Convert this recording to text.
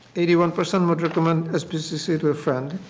eighty one percent would recommend sbcc to a friend.